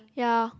yeah